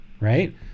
right